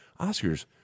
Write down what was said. Oscars